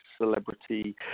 celebrity